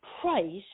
price